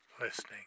listening